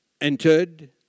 entered